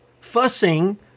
fussing